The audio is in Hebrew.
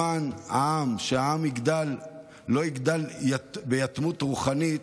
למען העם, כדי שהעם לא יגדל ביתמות רוחנית,